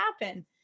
happen